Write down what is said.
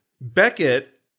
Beckett